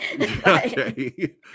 Okay